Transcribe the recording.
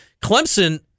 Clemson